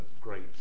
great